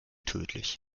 tödlich